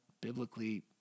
biblically